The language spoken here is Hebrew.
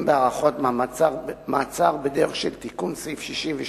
בהארכות מעצר בדרך של תיקון סעיף 62